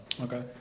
Okay